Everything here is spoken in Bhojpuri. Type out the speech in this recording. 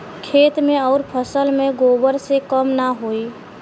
खेत मे अउर फसल मे गोबर से कम ना होई?